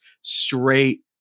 straight